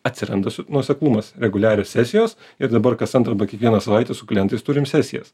atsiranda nuoseklumas reguliarios sesijos ir dabar kas antrą arba kiekvieną savaitę su klientais turim sesijas